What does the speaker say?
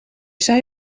zei